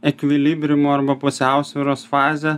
ekvilibriumo arba pusiausvyros fazę